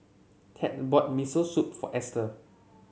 Ted bought Miso Soup for Estel